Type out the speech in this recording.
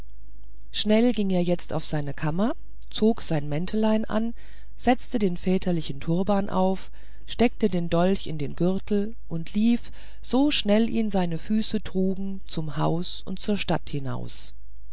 schnell ging er jetzt auf seine kammer zog sein mäntelein an setzte den väterlichen turban auf steckte den dolch in den gürtel und lief so schnell ihn seine füße trugen zum haus und zur stadt hinaus